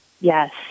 Yes